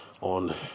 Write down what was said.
on